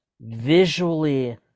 visually